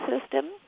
system